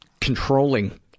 controlling